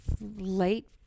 late